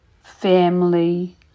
family